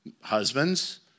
Husbands